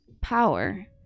power